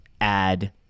add